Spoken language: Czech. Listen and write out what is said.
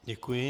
Děkuji.